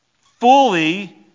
fully